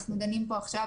אנחנו דנים פה עכשיו